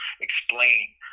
explain